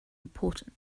important